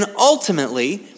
ultimately